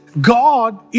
God